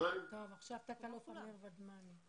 עכשיו נשמע את תת-אלוף אמיר ודמני.